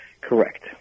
Correct